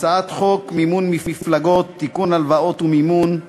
הצעת חוק מימון מפלגות (תיקון מס' 33